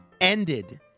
ended